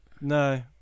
No